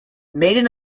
maiden